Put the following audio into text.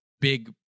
big